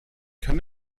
kann